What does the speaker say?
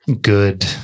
good